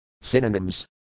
Synonyms